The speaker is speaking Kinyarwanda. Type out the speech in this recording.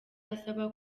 asaba